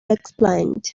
explained